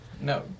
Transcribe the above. no